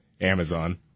Amazon